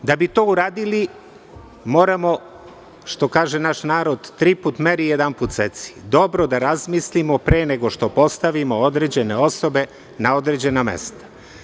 Da bi to uradili, moramo, što kaže naš narod - tri put meri jedanput seci, dobro da razmislimo pre nego što postavimo određene osobe na određena mesta.